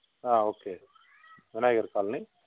okay Vinaynagar colony